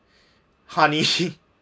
honey she